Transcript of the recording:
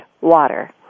water